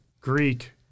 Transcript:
Greek